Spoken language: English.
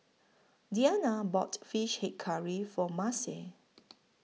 Deanna bought Fish Head Curry For Marcie